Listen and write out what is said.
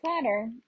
platter